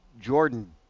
Jordan